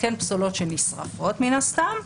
פסולות שנשרפות מן הסתם.